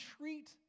treat